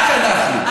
רק אנחנו,